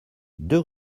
deux